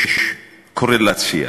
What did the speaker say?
יש קורלציה